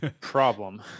problem